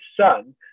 son